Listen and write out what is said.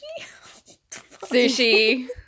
sushi